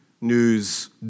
news